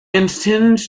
intend